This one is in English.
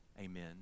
Amen